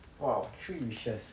!wow! three wishes